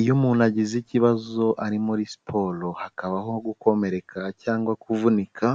Iyo umuntu agize ikibazo ari muri siporo hakabaho gukomereka cyangwa kuvunika,